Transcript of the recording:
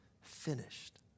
finished